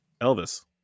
Elvis